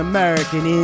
American